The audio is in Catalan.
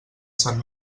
sant